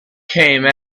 came